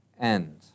end